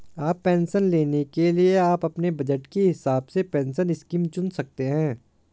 अब पेंशन लेने के लिए आप अपने बज़ट के हिसाब से पेंशन स्कीम चुन सकते हो